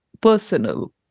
personal